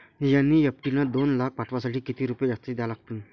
NEFT न दोन लाख पाठवासाठी किती रुपये जास्तचे द्या लागन?